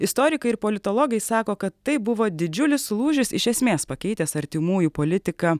istorikai ir politologai sako kad tai buvo didžiulis lūžis iš esmės pakeitęs artimųjų politiką